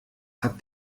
habt